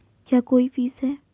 क्या कोई फीस है?